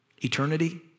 eternity